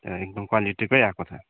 एकदम क्वालिटीकै आएको छ